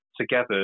together